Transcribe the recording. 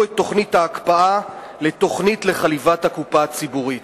את תוכנית ההקפאה לתוכנית לחליבת הקופה הציבורית.